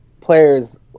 players